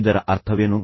ಈಗ ಇದರ ಅರ್ಥವೇನು